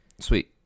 Sweet